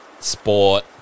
sport